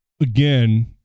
again